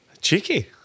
Cheeky